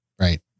Right